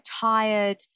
tired